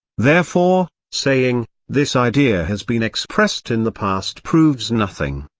therefore, saying, this idea has been expressed in the past proves nothing.